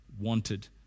wanted